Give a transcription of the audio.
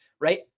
right